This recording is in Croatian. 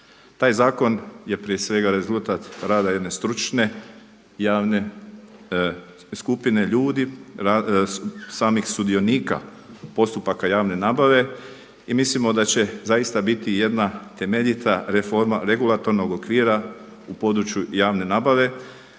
Taj zakon je prije svega rezultat rada jedne stručne javne skupine ljudi, samih sudionika postupaka javne nabave i mislimo da će zaista biti jedna temeljita reforma regulatornog okvira u području javne nabave